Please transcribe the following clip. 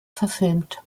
verfilmt